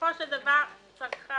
בסופו של דבר הצרכן